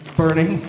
burning